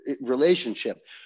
relationship